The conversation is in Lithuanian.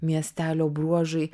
miestelio bruožai